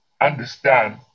understand